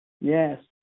Yes